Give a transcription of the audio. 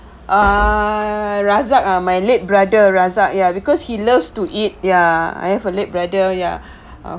err razak ah my late brother razak ya because he loves to eat ya I have a late brother ya um